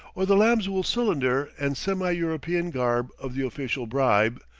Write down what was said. or the lamb's-wool cylinder and semi-european garb of the official, bribe,